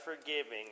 forgiving